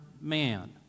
man